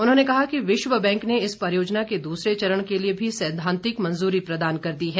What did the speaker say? उन्होंने कहा कि विश्व बैंक ने इस परियोजना के दूसरे चरण के लिए भी सैद्वांतिक मंजूरी प्रदान कर दी है